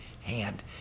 hand